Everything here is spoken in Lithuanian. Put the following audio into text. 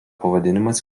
pavadinimas